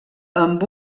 amb